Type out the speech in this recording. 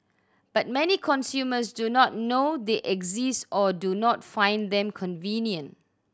but many consumers do not know they exist or do not find them convenient